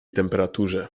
temperaturze